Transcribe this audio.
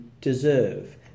deserve